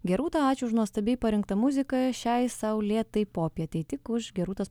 gi rūta ačiū už nuostabiai parinktą muziką šiai saulėtai popietei tik už gi rūtos